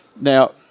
Now